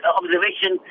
observation